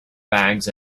bags